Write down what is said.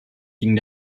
ging